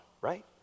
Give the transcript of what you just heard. right